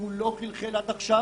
הוא לא חלחל עד עכשיו.